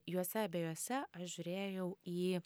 juose abiejuose aš žiūrėjau į